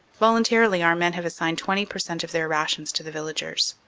voluntarily our men have assigned twenty per cent, of their rations to the villagers.